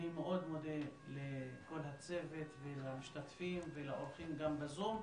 אני מאוד מודה לכל הצוות ולמשתתפים ולאורחים גם בזום,